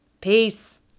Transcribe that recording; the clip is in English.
Peace